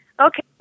okay